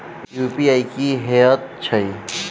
UPI की हएत छई?